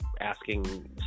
asking